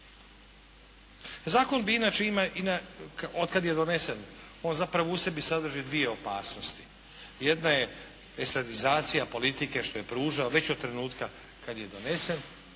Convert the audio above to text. Zakon bi inače, otkad je donesen on zapravo u sebi sadrži dvije opasnosti, jedna je estradizacija politike, što je pružao već od trenutka kad je donesen,